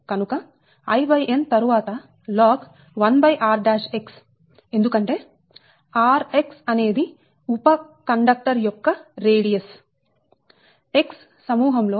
కనుక In తరువాత log 1rx ఎందుకంటే rx అనేది ఉప కండక్టర్ యొక్క రేడియస్ X సమూహంలో